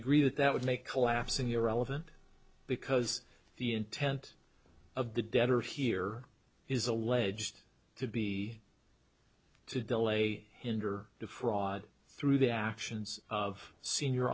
agree that that would make collapsing irrelevant because the intent of the debtor here is alleged to be to delay hinder the fraud through the actions of senior